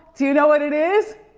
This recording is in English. do you know what it is?